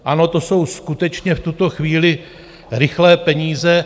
Ano, to jsou skutečně v tuto chvíli rychlé peníze.